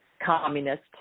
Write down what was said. communist